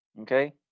Okay